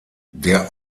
der